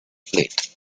plate